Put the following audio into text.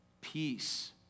Peace